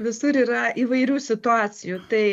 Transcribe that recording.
visur yra įvairių situacijų tai